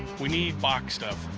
we need boxed stuff.